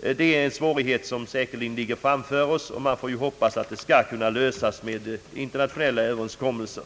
Det är en svårighet som ligger framför oss. Vi får hoppas att problemet kan lösas med internationella överenskommelser.